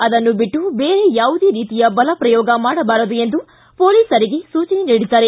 ಅದನ್ನು ಬಿಟ್ಟು ಬೇರೆ ಯಾವುದೇ ರೀತಿಯ ಬಲಪ್ರಯೋಗ ಮಾಡಬಾರದು ಎಂದು ಪೊಲೀಸರಿಗೆ ಸೂಚನೆ ನೀಡಿದ್ದಾರೆ